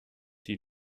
die